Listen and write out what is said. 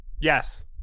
yes